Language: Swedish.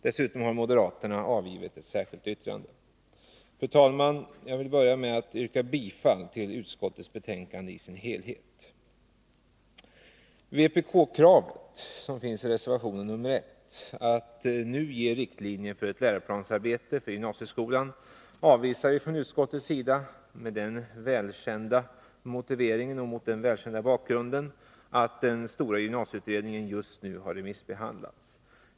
Dessutom har moderaterna avgivit två särskilda yttranden. Fru talman! Jag vill börja med att yrka bifall till utskottets hemställan i dess helhet. Vpk-kravet i reservation 1 att man nu skall ge riktlinjer för ett arbete med en läroplan för gymnasieskolan avvisar utskottet med den välkända motiveringen att den stora gymnasieutredningen just nu har remissbehandlats.